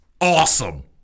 awesome